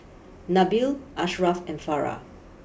Nabil Ashraff and Farah